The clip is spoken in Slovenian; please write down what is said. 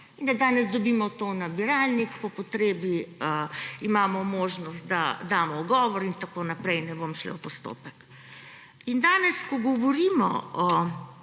in da danes dobimo to v nabiralnik, po potrebi imamo možnost, da damo ugovor in tako naprej. Ne bom šla v postopek. Danes, ko govorimo o